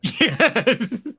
Yes